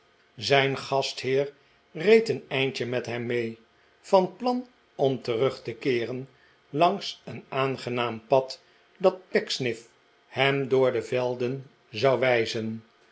zijn gastheer reed een eindje met hem mee van plan om terug te keeren langs een aangenaam pad dat pecksniff hem door de velden zou wijzen